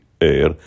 air